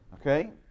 Okay